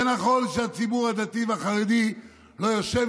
זה נכון שהציבור הדתי והחרדי לא יושב